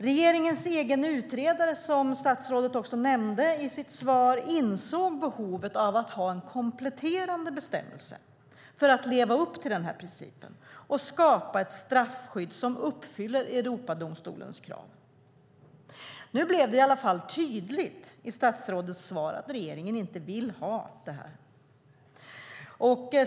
Regeringens egen utredare insåg, som statsrådet nämnde i sitt svar, behovet av att ha en kompletterande bestämmelse för att leva upp till den här principen och skapa ett straffskydd som uppfyller Europadomstolens krav. Det blev i alla fall tydligt i statsrådet svar att regeringen inte vill ha det här.